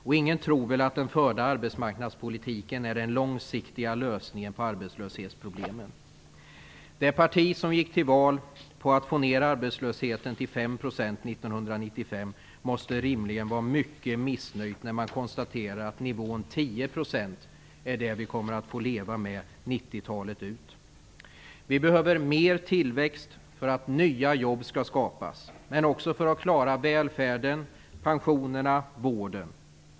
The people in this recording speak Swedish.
Och ingen tror väl att den förda arbetsmarknadspolitiken är den långsiktiga lösningen på arbetslöshetsproblemen? Det parti som gick till val på att få ned arbetslösheten till 5 % 1995 måste rimligen vara mycket missnöjt när man konstaterar att nivån 10 % är det vi kommer att få leva med 90-talet ut. Vi behöver mer tillväxt för att nya jobb skall skapas, men också för att klara välfärden, pensionerna och vården.